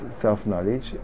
self-knowledge